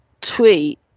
tweet